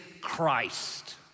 Christ